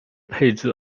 配置